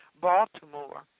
Baltimore